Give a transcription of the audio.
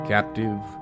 Captive